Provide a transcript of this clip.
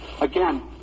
Again